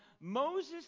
Moses